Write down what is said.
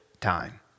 time